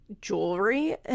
jewelry